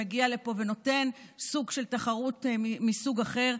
שמגיע לפה ונותן סוג של תחרות מסוג אחר,